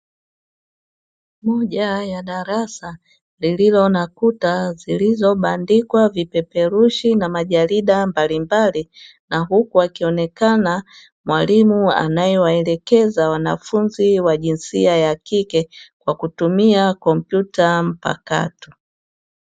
Moja ya darasa lililo na kuta zilizobandikwa vipeperushi na majarida mbalimbali, na huku akionekana mwalimu anayewaelekeza wanafunzi wa jinsia ya kike kwa kutumia kompyuta mpakato.